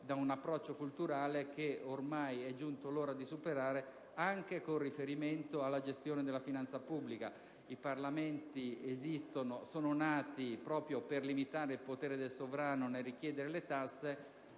da un approccio culturale che ormai è giunta l'ora di superare, anche con riferimento alla gestione della finanza pubblica. I Parlamenti sono nati proprio per limitare il potere del sovrano nel richiedere le tasse: